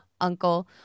uncle